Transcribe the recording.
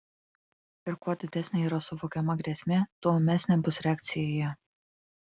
ir kuo didesnė yra suvokiama grėsmė tuo ūmesnė bus reakcija į ją